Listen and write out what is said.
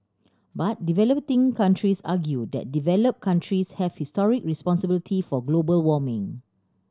but developing countries argue that developed countries have historic responsibility for global warming